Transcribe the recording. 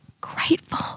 grateful